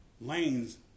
lanes